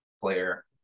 player